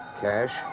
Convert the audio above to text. Cash